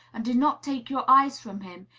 and do not take your eyes from his,